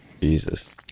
jesus